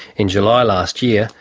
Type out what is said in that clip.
in july last year,